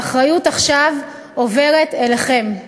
האחריות עכשיו עוברת אליכם.